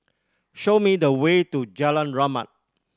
show me the way to Jalan Rahmat